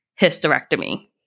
hysterectomy